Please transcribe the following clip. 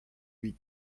huit